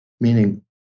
meaning